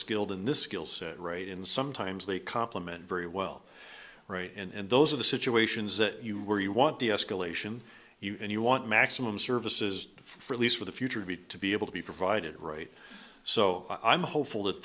skilled in this skill set right in sometimes they complement very well right and those are the situations that you where you want the escalation and you want maximum services for at least for the future of it to be able to be provided right so i'm hopeful that